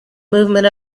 movement